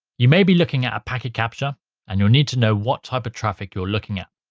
you may be looking at a packet capture and you'll need to know what type of traffic you're looking at.